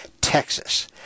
Texas